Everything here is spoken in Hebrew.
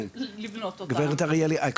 לבנות אותם --- הם בהחלט מתכוונים.